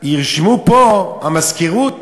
ישבו פה, המזכירות,